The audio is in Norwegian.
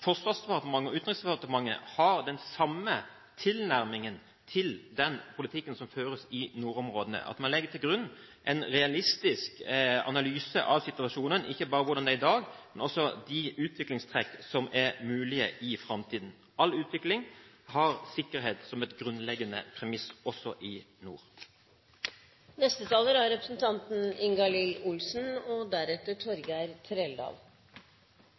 Forsvarsdepartementet og Utenriksdepartementet har den samme tilnærmingen til den politikken som føres i nordområdene. Det er viktig at man legger til grunn en realistisk analyse av situasjonen, ikke bare av hvordan den er i dag, men også hvilke utviklingstrekk som er mulige i framtiden. All utvikling har sikkerhet som et grunnleggende premiss, også i nord. Folk-til-folk-samarbeid skal man aldri undervurdere. Det har bygd ned stengsler, og